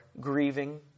grieving